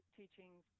teachings